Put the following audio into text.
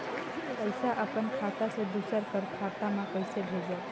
पइसा अपन खाता से दूसर कर खाता म कइसे भेजब?